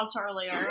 earlier